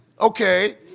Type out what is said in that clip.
Okay